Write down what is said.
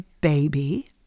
baby